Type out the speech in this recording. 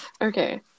Okay